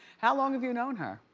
how long have you known her?